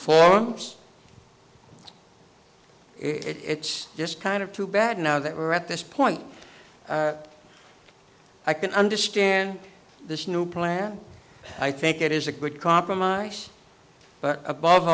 forums it's just kind of too bad now that we're at this point i can understand this new plan i think it is a good compromise but above